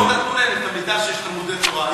לא נתנו להם את המידע שיש תלמודי תורה,